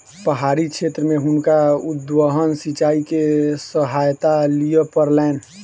पहाड़ी क्षेत्र में हुनका उद्वहन सिचाई के सहायता लिअ पड़लैन